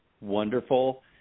wonderful